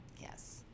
Yes